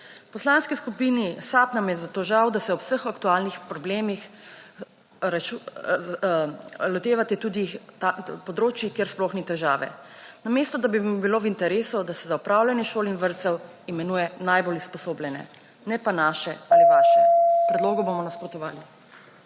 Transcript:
Poslanski skupini SAB nam je zato žal, ad se ob vseh aktualnih problemih lotevate tudi področij, kjer sploh ni težave. Namesto, da bi vam bilo v interesu, da se za upravljanje šol in vrtcev imenuje najbolj usposobljene, ne pa naše ali **11. TRAK: (TB) – 10.50**